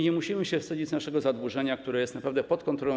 Nie musimy się wstydzić naszego zadłużenia, które jest naprawdę pod pełną kontrolą.